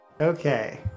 Okay